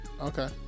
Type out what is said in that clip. okay